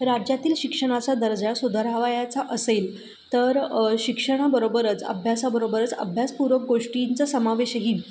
राज्यातील शिक्षणाचा दर्जा सुधारावयाचा असेल तर शिक्षणाबरोबरच अभ्यासाबरोबरच अभ्यासपूरक गोष्टींचा समावेशही